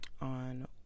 on